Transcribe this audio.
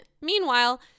Meanwhile